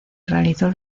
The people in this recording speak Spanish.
realizó